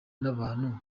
n’abantu